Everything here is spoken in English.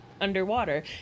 underwater